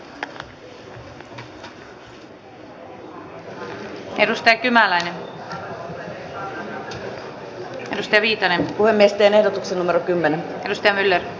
hallituksen ylimitoitetut leikkaukset vaarantavat talouden ja työllisyyden suotuisan kehityksen